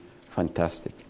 fantastic